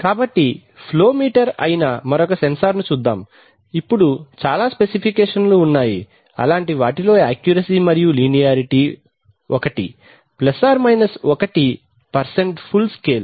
కాబట్టి flow meter అయిన మరొక సెన్సార్ను చూద్దాం ఇప్పుడు చాలా స్పెసిఫికేషన్లు ఉన్నాయి అలాంటి వాటిలో యాక్యూరసీ మరియు లీనియారిటీ ఒకటి ± 1 ఫుల్ స్కేల్